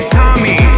tommy